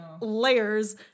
layers